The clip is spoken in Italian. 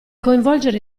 coinvolgere